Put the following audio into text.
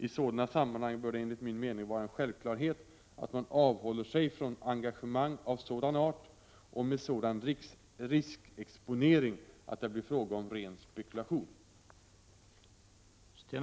I sådana sammanhang bör det enligt min mening vara en självklarhet att man avhåller sig från engagemang av sådan art och med sådan riskexponering att det blir fråga om ren spekulation.